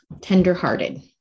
tenderhearted